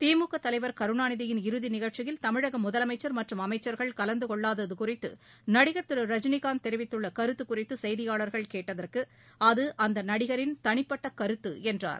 திமுக தலைவர் கருணாநிதியின் இறுதி நிகழ்ச்சியில் தமிழக முதலமைச்சர் மற்றும் அமைச்சர்கள் கலந்துகொள்ளாதது குறித்து நடிகர் திரு ரஜினிகாந்த் தெிவித்துள்ள கருத்து குறித்து செய்தியாளர்கள் கேட்டதற்கு அது அந்த நடிகரின் தனிப்பட்ட கருத்து என்றார்